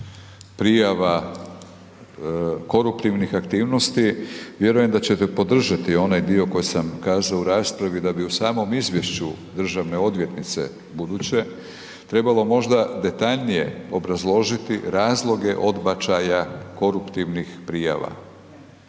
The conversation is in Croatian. prijava koruptivnih aktivnosti, vjerujem da ćete podržati onaj dio koji sam kazao u raspravi da bi u samom izvješću državne odvjetnice buduće, trebalo možda detaljnije obrazložiti razloge odbačaja koruptivnih prijava.